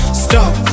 stop